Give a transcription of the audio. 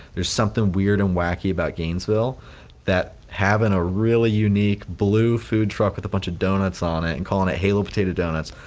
there is something weird and wacky about gainesville that having a really unique blue food truck with a bunch of donuts ah in it and calling it halo potato donuts,